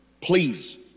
Please